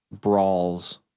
brawls